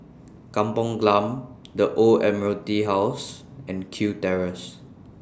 Kampong Glam The Old Admiralty House and Kew Terrace